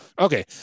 okay